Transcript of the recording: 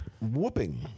whooping